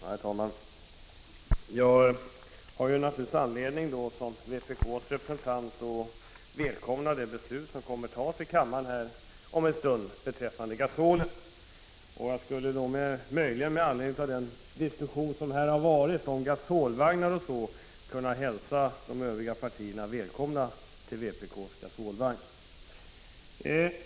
Herr talman! Jag har naturligtvis anledning som vpk:s representant att välkomna det beslut som kommer att fattas av kammaren om en stund beträffande gasolen. Jag skulle möjligen med anledning av den diskussion som har förts om gasolvagnar och annat kunna hälsa de övriga partierna välkomna till vpk:s gasolvagn.